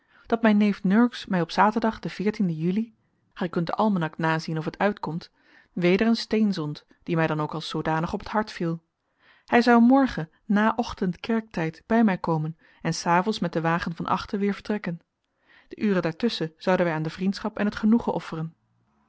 dat mijn neef nurks mij op zaterdag den den juli gij kunt den almanak nazien of het uitkomt weder een steen zond die mij dan ook als zoodanig op het hart viel hij zou morgen na ochtendkerktijd bij mij komen en s avonds met den wagen van achten weer vertrekken de uren daartusschen zouden wij aan de vriendschap en het genoegen offeren